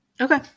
Okay